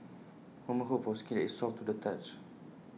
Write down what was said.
women hope for skin is soft to the touch